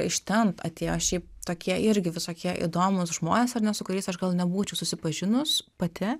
iš ten atėjo šiaip tokie irgi visokie įdomūs žmonės ar ne su kuriais aš gal nebūčiau susipažinus pati